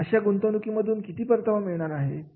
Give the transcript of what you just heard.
आणि अशा गुंतवणुकी मधून किती परतावा मिळणार आहे